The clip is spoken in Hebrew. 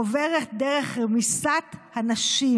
עוברת דרך רמיסת הנשים.